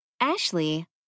Ashley